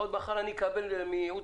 מחר אני אקבל מהייעוץ,